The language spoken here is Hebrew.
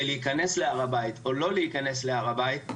להיכנס להר הבית או לא להיכנס להר הבית,